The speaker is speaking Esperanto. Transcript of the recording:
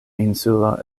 insulo